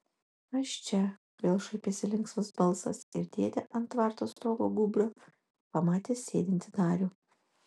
aš čia vėl šaipėsi linksmas balsas ir dėdė ant tvarto stogo gūbrio pamatė sėdintį darių